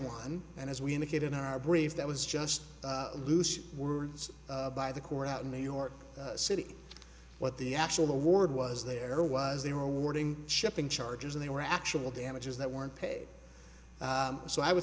one and as we indicated in our brief that was just loose words by the court out in new york city what the actual the award was there was they were awarding shipping charges and they were actual damages that weren't paid so i would